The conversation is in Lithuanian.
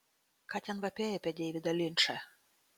ką ten vapėjai apie deividą linčą